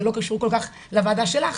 זה לא קשור כל כך לוועדה שלך,